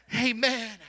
Amen